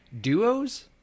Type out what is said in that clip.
duos